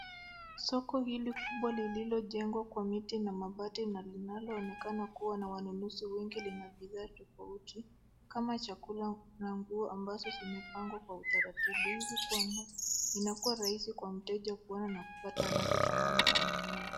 Soko hili kubwa lililojengwa kwa miti na mabati na linaloonekana kuwa na wanunuzi wengi wa bidhaa tofautikama vile nguo zilizopangwa kwa utaratibu zinafanya mnunuzi achague kwa urahisi anachotamani kununua